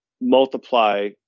Multiply